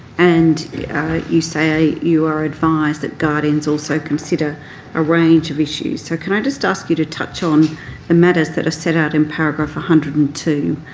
and you say you are advised that guardians also consider a range of issues. so can i just ask you to touch on the matters that are set out in paragraph one ah hundred and two?